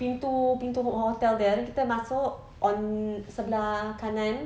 pintu pintu hotel dia kita masuk on sebelah kanan